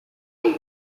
and